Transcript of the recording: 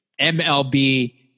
MLB